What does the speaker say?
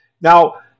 Now